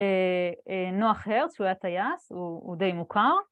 נוח הרץ. הוא היה טייס. הוא די מוכר